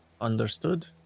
Understood